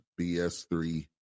BS3